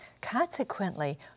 Consequently